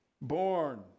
born